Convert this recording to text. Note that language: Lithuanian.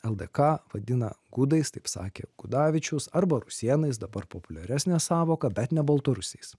ldk vadina gudais taip sakė gudavičius arba rusėnais dabar populiaresnė sąvoka bet ne baltarusiais